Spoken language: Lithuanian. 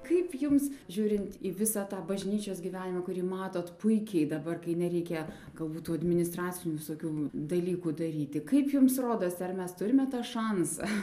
kaip jums žiūrint į visą tą bažnyčios gyvenimą kurį matot puikiai dabar kai nereikia galbūt tų administracinių visokių dalykų daryti kaip jums rodosi ar mes turime tą šansą